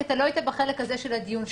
כי אתה לא היית בחלק הזה של הדיון.